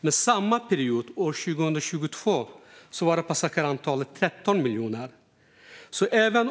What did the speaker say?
Under samma period 2022 var passagerarantalet 13 miljoner, så även